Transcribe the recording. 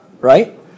right